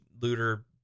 looter